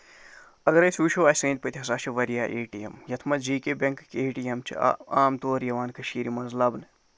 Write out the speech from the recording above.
اَگر أسۍ وُچھو اَسہِ أندۍ پٔکۍ ہسا چھِ واریاہ اے ٹِی ایم یَتھ منٛز جے کے بٮ۪کٔکۍ اے ٹی ایم چھِ عام تور یِوان کٔشمیٖر منٛز لَبنہٕ